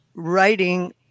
writing